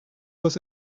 was